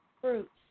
Fruits